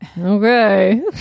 okay